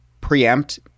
preempt